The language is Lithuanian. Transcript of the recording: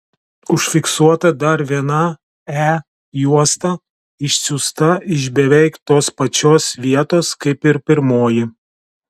užfiksuota dar viena e juosta išsiųsta iš beveik tos pačios vietos kaip ir pirmoji